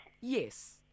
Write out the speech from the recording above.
Yes